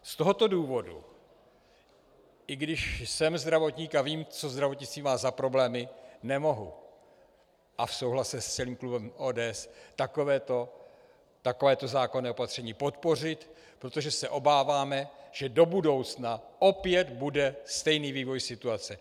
Z tohoto důvodu, i když jsem zdravotník a vím, co zdravotnictví má za problémy, nemohu a v souhlasu s celým klubem ODS takovéto zákonné opatření podpořit, protože se obáváme, že do budoucna opět bude stejný vývoj situace.